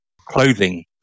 clothing